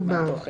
ממושכת,